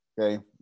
okay